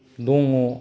दङ